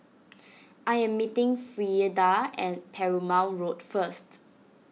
I am meeting Frieda at Perumal Road first